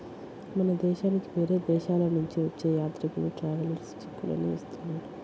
మన దేశానికి వేరే దేశాలనుంచి వచ్చే యాత్రికులు ట్రావెలర్స్ చెక్కులనే ఇస్తున్నారు